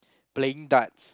playing darts